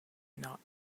not